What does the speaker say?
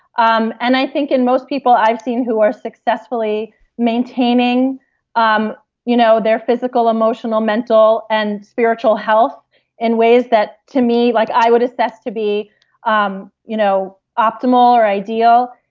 um and i think in most people i've seen who are successfully maintaining um you know their physical, emotional mental and spiritual health in ways that to me like i would assess to be um you know optimal or ideal,